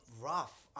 rough